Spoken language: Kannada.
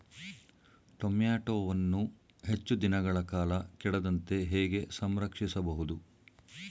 ಟೋಮ್ಯಾಟೋವನ್ನು ಹೆಚ್ಚು ದಿನಗಳ ಕಾಲ ಕೆಡದಂತೆ ಹೇಗೆ ಸಂರಕ್ಷಿಸಬಹುದು?